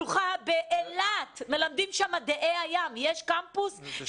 שלוחה באילת שם מלמדים מדעי הים ויש גם